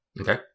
Okay